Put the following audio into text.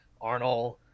Arnold